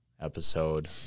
episode